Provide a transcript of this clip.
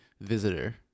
visitor